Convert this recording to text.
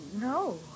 no